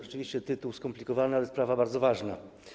Rzeczywiście tytuł skomplikowany, ale sprawa bardzo ważna.